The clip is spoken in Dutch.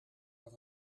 dat